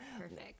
perfect